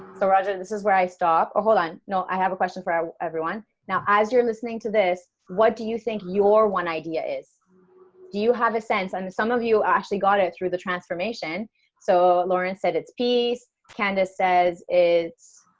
so roger this is where i stopped a hold on know i have a question for everyone now as you're listening to this what do you think your one idea is do you have a sense and i mean some of you actually got it through the transformation so lawrence said it's piece candace says it's